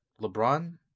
LeBron